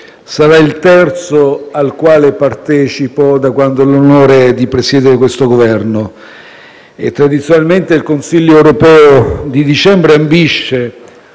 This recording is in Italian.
sarà il terzo al quale partecipo da quando ho l'onore di presiedere il Governo. Tradizionalmente il Consiglio europeo di dicembre ambisce,